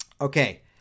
Okay